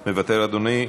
מוותר, אדוני.